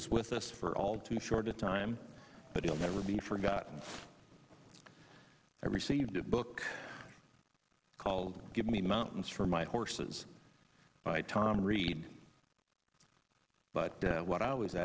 was with us for all too short a time but he'll never be forgotten i received a book called give me mountains for my horses by tom reed but what i always